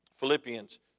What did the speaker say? Philippians